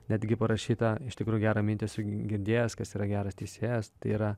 netgi parašyta iš tikrųjų gerą mintį esu girdėjęs kas yra geras teisėjas tai yra